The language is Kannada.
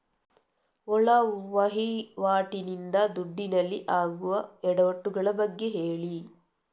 ಒಳ ವಹಿವಾಟಿ ನಿಂದ ದುಡ್ಡಿನಲ್ಲಿ ಆಗುವ ಎಡವಟ್ಟು ಗಳ ಬಗ್ಗೆ ಹೇಳಿ